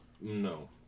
No